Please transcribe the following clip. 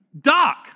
Doc